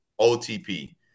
OTP